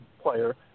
player